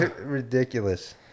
Ridiculous